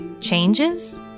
Changes